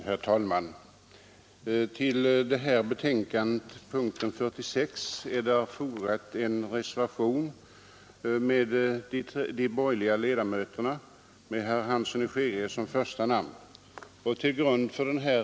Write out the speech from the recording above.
Herr talman! Till detta betänkande är vid punkten 46 fogad reservationen 10 av de borgerliga ledamöterna i utskottet med herr Hansson i Skegrie som första namn.